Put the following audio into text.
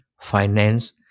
finance